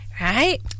right